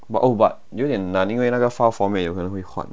but oh but 有点难因为那个 file format 有可能会换